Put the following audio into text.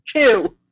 two